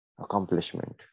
accomplishment